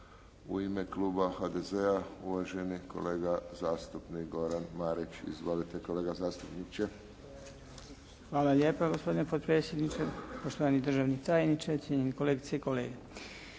U ime kluba HDZ-a, uvaženi kolega zastupnik Goran Marić. Izvolite kolega zastupniče. **Marić, Goran (HDZ)** Hvala lijepa gospodine potpredsjedniče, poštovani državni tajniče, cijenjeni kolegice i kolege.